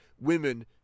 Women